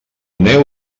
neu